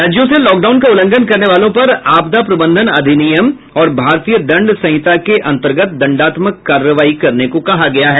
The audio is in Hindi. राज्यों से लॉकडाउन का उल्लंघन करने वालों पर आपदा प्रबंधन अधिनियम और भारतीय दंड संहिता के अंतर्गत दंडात्मक कार्रवाई करने को कहा गया है